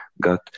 got